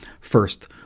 first